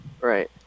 right